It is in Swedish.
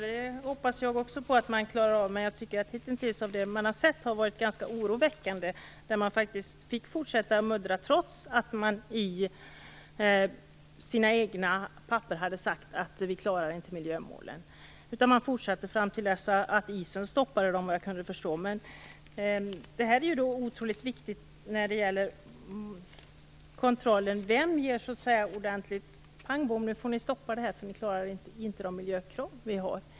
Herr talman! Det hoppas jag också att man klarar av. Men jag tycker att det vi hittills har sett har varit ganska oroväckande. Man fick faktiskt fortsätta att muddra trots att man i sina egna papper hade sagt att man inte klarade miljömålen. Vad jag kan förstå fortsatte man fram till dess att isen stoppade arbetet. Det här är otroligt viktigt när det gäller kontrollen. Vem ger ordentligt besked om att arbetet pang bom måste stoppas därför att miljökraven inte uppfylls?